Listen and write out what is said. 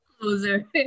closer